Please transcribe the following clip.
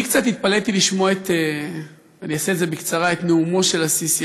אני קצת התפלאתי לשמוע את נאומו של א-סיסי.